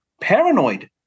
paranoid